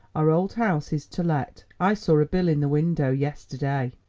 our old house is to let. i saw a bill in the window yesterday.